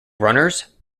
runners